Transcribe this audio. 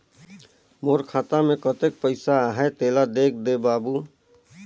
मोर खाता मे कतेक पइसा आहाय तेला देख दे बाबु?